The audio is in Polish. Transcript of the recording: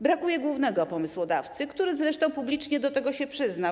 Brakuje głównego pomysłodawcy, który zresztą publicznie do tego się przyznał.